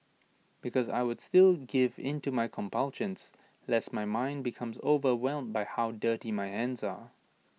because I would still give in to my compulsions lest my mind becomes overwhelmed by how dirty my hands are